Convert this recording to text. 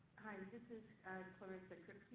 hi, this is clarissa crip.